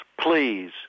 please